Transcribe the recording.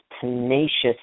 tenacious